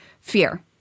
fear